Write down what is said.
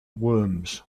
worms